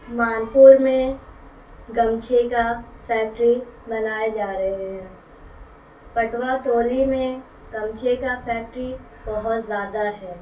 مانپور میں گمچھے کا فیکٹری منائے جا رہے ہیں پٹوا ٹولی میں گمچھے کا فیکٹری بہت زیادہ ہے